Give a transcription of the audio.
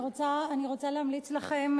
אני רוצה להמליץ לכם,